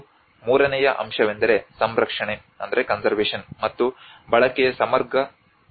ಮತ್ತು ಮೂರನೆಯ ಅಂಶವೆಂದರೆ ಸಂರಕ್ಷಣೆ ಮತ್ತು ಬಳಕೆಯ ಸಮಗ್ರ ಯೋಜನೆ